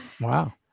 Wow